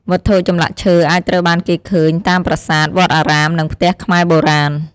វត្ថុចម្លាក់ឈើអាចត្រូវបានគេឃើញ តាមប្រាសាទ វត្តអារាម និងផ្ទះខ្មែរបុរាណ។